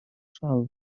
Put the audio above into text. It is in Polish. szal